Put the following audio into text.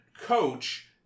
coach